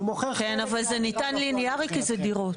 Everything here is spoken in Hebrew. אבל זה ניתן ליניארי כי זה דירות.